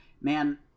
man